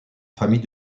famille